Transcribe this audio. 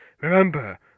Remember